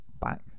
back